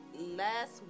last